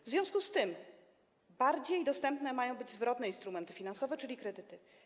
W związku z tym bardziej dostępne mają być zwrotne instrumenty finansowe, czyli kredyty.